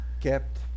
kept